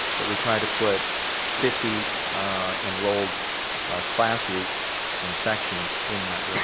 that we try to put fifty enrolled classes and sections in that row,